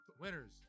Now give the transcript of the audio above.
Winners